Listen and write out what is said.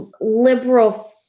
liberal